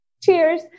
Cheers